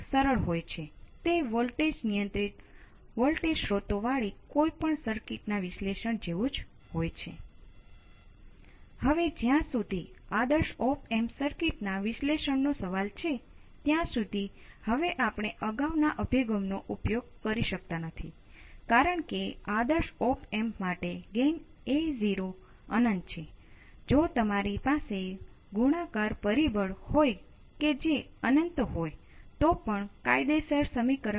અહીં વોલ્ટેજ કહેવું એકદમ સામાન્ય બાબત છે જો કે તે નિરર્થક છે